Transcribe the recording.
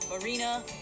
Marina